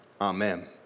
amen